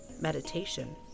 meditation